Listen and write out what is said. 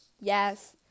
Yes